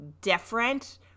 different